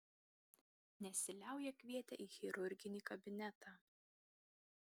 nesiliauja kvietę į chirurginį kabinetą